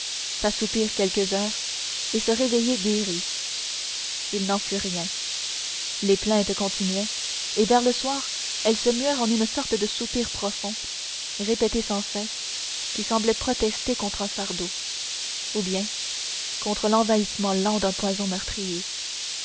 s'assoupir quelques heures et se réveiller guérie il n'en fut rien les plaintes continuaient et vers le soir elles se muèrent en une sorte de soupir profond répété sans cesse qui semblait protester contre un fardeau ou bien contre l'envahissement lent d'un poison meurtrier